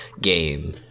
game